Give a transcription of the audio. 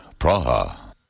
Praha